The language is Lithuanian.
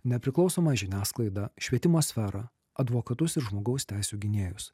nepriklausomą žiniasklaidą švietimo sferą advokatus ir žmogaus teisių gynėjus